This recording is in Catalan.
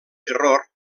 terror